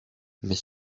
mais